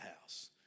house